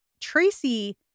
Tracy